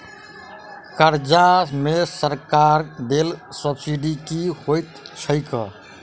कर्जा मे सरकारक देल सब्सिडी की होइत छैक?